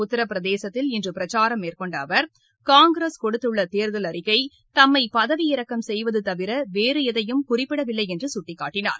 உத்தரப்பிரதேசத்தில் இன்று பிரச்சாரம் மேற்கொண்ட அவர் காங்கிரஸ் கொடுத்துள்ள தேர்தல் அறிக்கை தம்மை பதவியிறக்கம் செய்வது தவிர வேறு எதையும் குறிப்பிடவில்லை என்று சுட்டிக்காட்டனார்